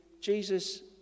Jesus